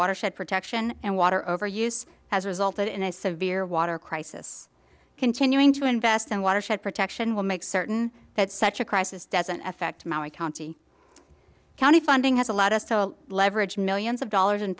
watershed protection and water over use has resulted in a severe water crisis continuing to invest in watershed protection will make certain that such a crisis doesn't affect my county county funding has allowed us to leverage millions of dollars